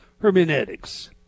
hermeneutics